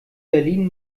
berlin